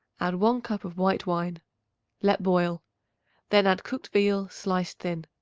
add one cup of white wine let boil then add cooked veal sliced thin.